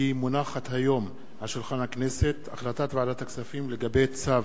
כי הונחה היום על שולחן הכנסת החלטת ועדת הכספים בדבר צו